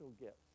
gifts